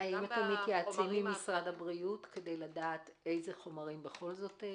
האם אתם מתייעצים עם משרד הבריאות כדי לדעת אילו חומרים בכל זאת?